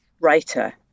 writer